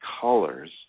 colors